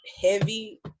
heavy